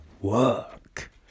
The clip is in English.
work